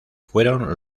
fueron